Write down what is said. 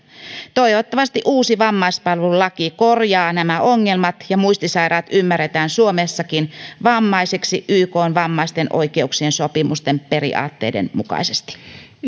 toivottavasti uusi vammaispalvelulaki korjaa nämä ongelmat ja muistisairaat ymmärretään suomessakin vammaisiksi ykn vammaisten oikeuksien sopimuksen periaatteiden mukaisesti